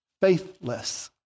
faithless